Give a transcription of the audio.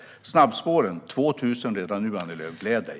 När det gäller snabbspåren är det 2 000 redan nu, Annie Lööf. Gläd dig!